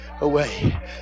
away